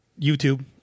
YouTube